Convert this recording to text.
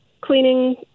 cleaning